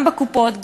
גם בקופות,